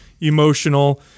emotional